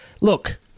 Look